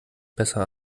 besser